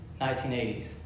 1980s